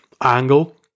angle